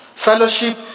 fellowship